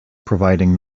providing